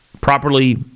properly